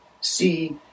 See